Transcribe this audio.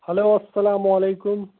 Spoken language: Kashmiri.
ہیٚلو اسلامُ علیکُم